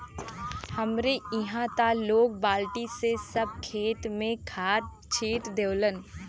हमरे इहां त लोग बल्टी से सब खेत में खाद छिट देवलन